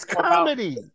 comedy